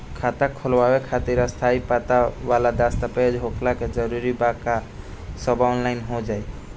खाता खोलवावे खातिर स्थायी पता वाला दस्तावेज़ होखल जरूरी बा आ सब ऑनलाइन हो जाई?